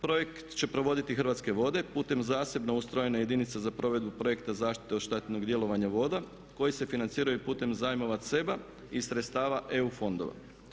Projekt će provoditi Hrvatske vode putem zasebno ustrojene jedinice za provedbu projekta zaštite od štetnog djelovanja voda koji se financiraju putem zajmova CEB-a i sredstava EU fondova.